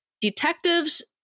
detectives